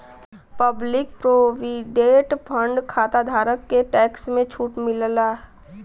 public provident fund खाताधारक के tax में छूट मिलला